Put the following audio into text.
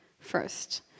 first